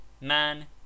Man